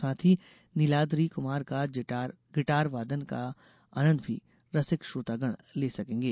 साथ ही निलाद्री कुमार का जिटार वादन का आनंद भी रसिक श्रोतागण ले सकेंगे